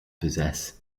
possess